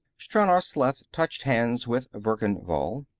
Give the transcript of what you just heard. stranor sleth touched hands with verkan vall.